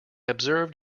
observed